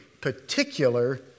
particular